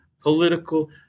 political